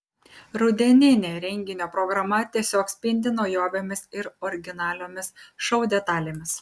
rudeninė renginio programa tiesiog spindi naujovėmis ir originaliomis šou detalėmis